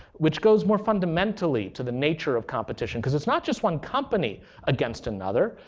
which goes more fundamentally to the nature of competition. because it's not just one company against another.